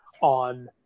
on